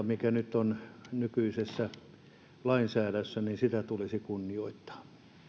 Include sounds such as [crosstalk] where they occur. [unintelligible] mikä on nykyisessä lainsäädännössä tulisi kunnioittaa